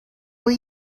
will